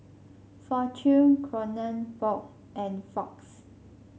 Fortune Kronenbourg and Fox